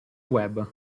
web